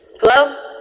Hello